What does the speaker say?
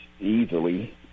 easily